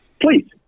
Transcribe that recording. Please